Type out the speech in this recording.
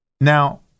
Now